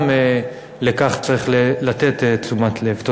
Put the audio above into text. גם לכך צריך לתת תשומת לב.